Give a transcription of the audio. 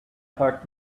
heard